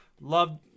love